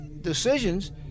decisions